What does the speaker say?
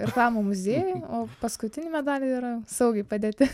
irklavimo muziejuj o paskutiniai medaliai yra saugiai padėti